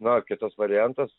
na kitas variantas